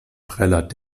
trällert